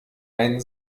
einen